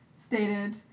stated